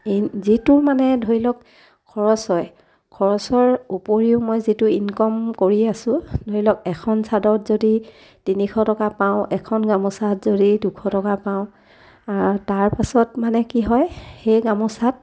এই যিটো মানে ধৰি লওক খৰচ হয় খৰচৰ উপৰিও মই যিটো ইনকম কৰি আছো ধৰি লওক এখন চাদত যদি তিনিশ টকা পাওঁ এখন গামোচাত যদি দুশ টকা পাওঁ তাৰ পাছত মানে কি হয় সেই গামোচাত